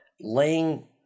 laying